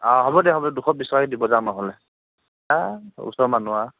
অ হ'ব দিয়ক হ'ব দিয়ক দুশ বিশ টকাকৈ দিব যাওক নহ'লে অ ওচৰৰে মানুহ আৰু